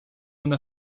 una